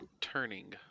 Turning